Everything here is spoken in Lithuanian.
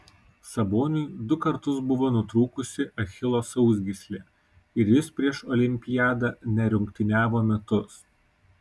saboniui du kartus buvo nutrūkusi achilo sausgyslė ir jis prieš olimpiadą nerungtyniavo metus